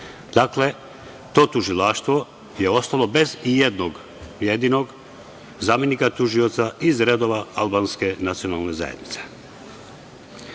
Dakle, to tužilaštvo je ostalo bez ijednog jedinog zamenika tužioca iz redova albanske nacionalne zajednice. Mislim